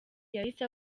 yahise